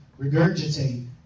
Regurgitate